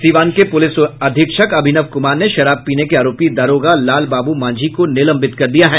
सीवान के प्रलिस अधीक्षक अभिनव क्मार ने शराब पीने के आरोपी दारोगा लाल बाबू मांझी को निलंबित कर दिया है